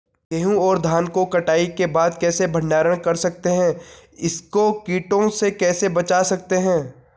गेहूँ और धान को कटाई के बाद कैसे भंडारण कर सकते हैं इसको कीटों से कैसे बचा सकते हैं?